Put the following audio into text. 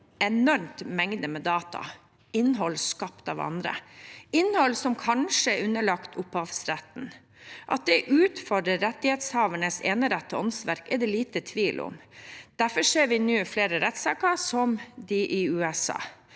enorme mengder data, innhold skapt av andre, innhold som kanskje er underlagt opphavsretten. At det utfordrer rettighetshavernes enerett til åndsverk, er det liten tvil om. Derfor ser vi nå flere rettssaker, som de i USA,